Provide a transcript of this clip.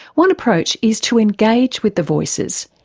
one approach is to engage with the voices,